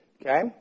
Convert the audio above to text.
Okay